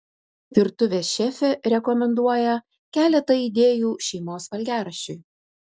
virtuvės šefė rekomenduoja keletą idėjų šeimos valgiaraščiui